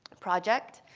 project.